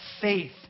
faith